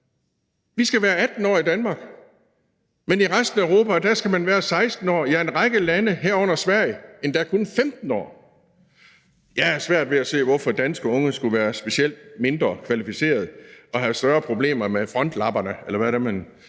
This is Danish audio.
Vi skal være 18 år i Danmark, men i resten af Europa skal man være 16 år – ja, i en række lande, herunder Sverige, endda kun 15 år. Jeg har svært ved at se, hvorfor danske unge skulle være specielt mindre kvalificerede og have større problemer med frontallapperne